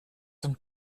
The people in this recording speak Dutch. een